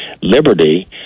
liberty